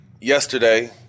yesterday